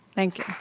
thank